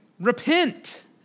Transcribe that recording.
Repent